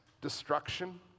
destruction